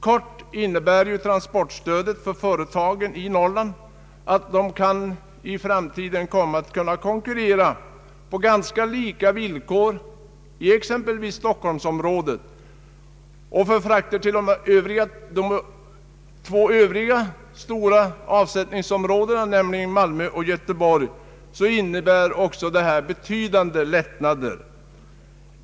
Kort sagt innebär transportstödet för företagen i Norrland att de kan konkurrera på lika villkor i exempelvis Stockholmsområdet. För frakter till de två övriga stora avsättningsområdena Malmö och Göteborg innebär det också betydande lättnader.